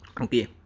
Okay